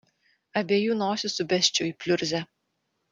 abiejų nosis subesčiau į pliurzę